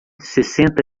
sessenta